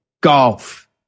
golf